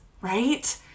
right